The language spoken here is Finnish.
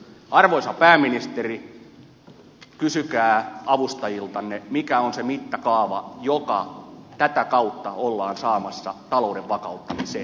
arvoisa pääministeri kysykää avustajiltanne mikä on se mittakaava joka tätä kautta ollaan saamassa talouden vakauttamiseen